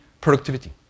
Productivity